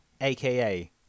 aka